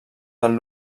del